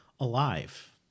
Alive